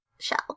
shell